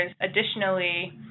additionally